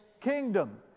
kingdom